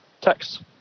text